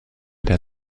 der